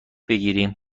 بگیریم